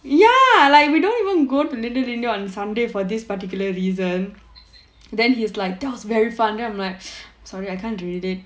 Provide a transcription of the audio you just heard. ya like we don't even go to little india on sunday for this particular reason then he is like that was very fun then I'm like sorry I can't relate